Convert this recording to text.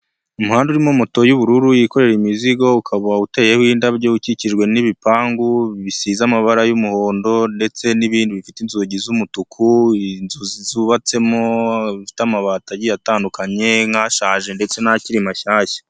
Umuhanda urimo moto y'ubururu yikorera imizigo ukaba uteyeho indabyo ukikijwe n'ibipangu bisize amabara y'umuhondo ndetse n'ibindi bifite inzugi z'umutuku, inzu zubatsemo bifite amabati atandukanye nk'ashaje ndetse n'akiri mashyashya,